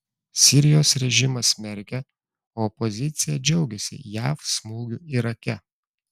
sirijos režimas smerkia o opozicija džiaugiasi jav smūgiu irake